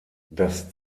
das